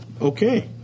Okay